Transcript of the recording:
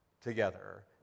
together